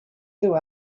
two